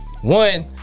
One